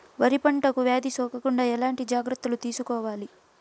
వరి పంటకు వ్యాధి సోకకుండా ఎట్లాంటి జాగ్రత్తలు తీసుకోవాలి?